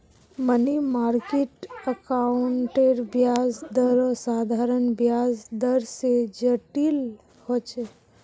money market अकाउंटेर ब्याज दरो साधारण ब्याज दर से जटिल होचे